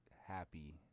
happy